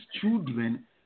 children